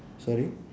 sorry